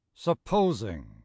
SUPPOSING